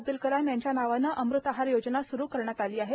अब्द्रल कलाम यांच्या नावाने अमृत आहार योजना स्रु करण्यात आली आहे